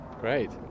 Great